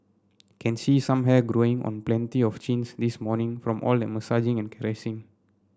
can see some hair growing on plenty of chins this morning from all that massaging and caressing